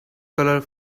colour